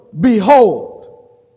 behold